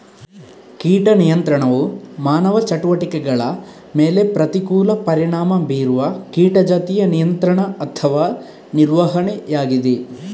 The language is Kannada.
ಕೀಟ ನಿಯಂತ್ರಣವು ಮಾನವ ಚಟುವಟಿಕೆಗಳ ಮೇಲೆ ಪ್ರತಿಕೂಲ ಪರಿಣಾಮ ಬೀರುವ ಕೀಟ ಜಾತಿಯ ನಿಯಂತ್ರಣ ಅಥವಾ ನಿರ್ವಹಣೆಯಾಗಿದೆ